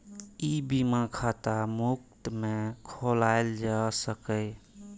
ई बीमा खाता मुफ्त मे खोलाएल जा सकैए